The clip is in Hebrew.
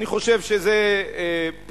אני חושב שזה פשוט